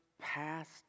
past